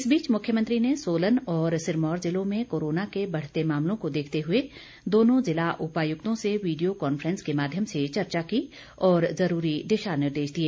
इस बीच मुख्यमंत्री ने सोलन और सिरमौर ज़िलों में कोरोना के बढ़ते मामलों को देखते हुए दोनों ज़िला उपायुक्तों से वीडियो कॉन्फ्रेंस के माध्यम से चर्चा की और ज़रूरी दिशा निर्देश दिए